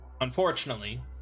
Unfortunately